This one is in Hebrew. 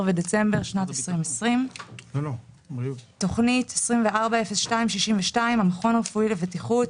ודצמבר שנת 2020. תוכנית 240262 המכון הרפואי לבטיחות,